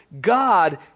God